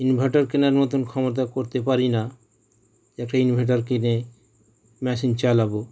inverter কেনার মতন ক্ষমতা করতে পারি না একটি ইনভার্টার কিনে মেশিন চালাবো